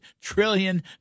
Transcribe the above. trillion